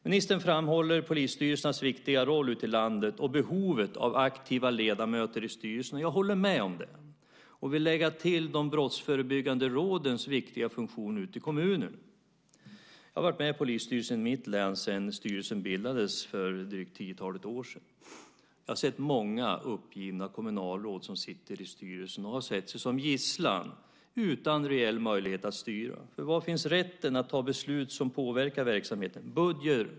Ministern framhåller polisstyrelsernas viktiga roll ute i landet och behovet av aktiva ledamöter i styrelserna. Jag håller med om det. Jag vill också lägga till de brottsförebyggande rådens viktiga funktion ute i kommunerna. Jag har varit med i polisstyrelsen i mitt län sedan styrelsen bildades för drygt tiotalet år sedan. Jag har sett många uppgivna kommunalråd som suttit i styrelsen och sett sig som gisslan utan reell möjlighet att styra. Var finns rätten att ta beslut som påverkar verksamheten?